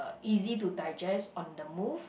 easy to digest on the move